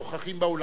שנוכחים באולם?